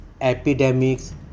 epidemics